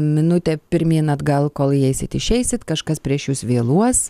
minutę pirmyn atgal kol įeisit išeisit kažkas prieš jus vėluos